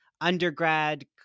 undergrad